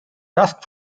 task